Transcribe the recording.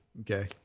Okay